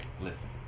Listen